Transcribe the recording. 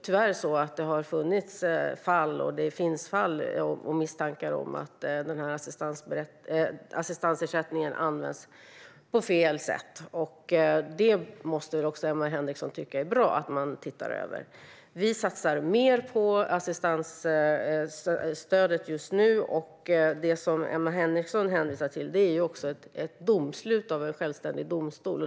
Tyvärr har det funnits misstankar om och fall där assistansersättningen har använts på fel sätt. Det finns det fortfarande. Emma Henriksson måste också tycka att det är bra att man ser över det. Vi satsar mer på assistansstödet just nu. Det som Emma Henriksson hänvisar till är ett domslut av en självständig domstol.